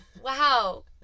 Wow